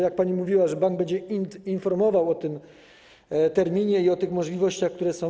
Jak pani mówiła, bank będzie informował o tym terminie i o tych możliwościach, które są.